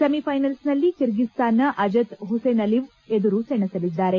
ಸೆಮಿಫೈನಲ್ಸ್ನಲ್ಲಿ ಕಿರ್ಗಿಸ್ತಾನ್ನ Azat Huseynaliev ಎದುರು ಸೆಣಸಲಿದ್ದಾರೆ